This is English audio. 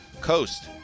coast